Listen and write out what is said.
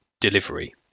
delivery